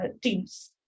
teams